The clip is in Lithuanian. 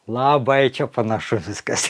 labai čia panašu viskas